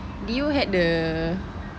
did you had the